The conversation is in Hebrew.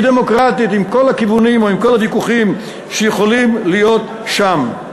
היא דמוקרטית עם כל הכיוונים או עם כל הוויכוחים שיכולים להיות שם.